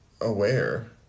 aware